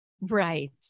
Right